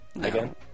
again